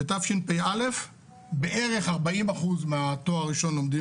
בתשפ"א בערך 40% מהתואר הראשון לומדים